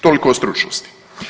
Toliko o stručnosti.